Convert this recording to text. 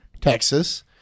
Texas